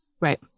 Right